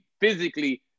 physically